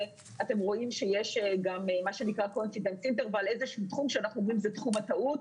אתם רואים שיש גם איזשהו תחום שאנחנו אומרים שזה תחום הטעות.